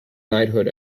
knighthood